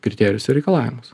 kriterijus ir reikalavimus